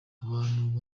abantu